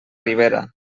ribera